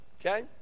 Okay